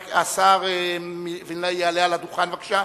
השר וילנאי יעלה לדוכן, בבקשה.